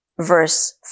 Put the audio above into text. verse